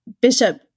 Bishop